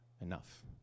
enough